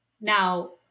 Now